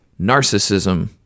narcissism